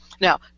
Now